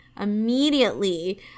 immediately